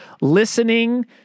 listening